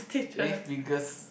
eh figures